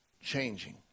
changing